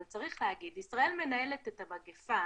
אבל צריך להגיד שישראל מנהלת את המגפה